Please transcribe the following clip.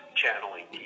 channeling